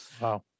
Wow